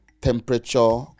temperature